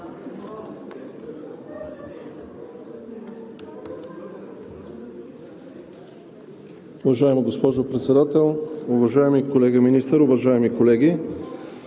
Уважаема госпожо Председател, уважаеми колега Министър, уважаеми колеги!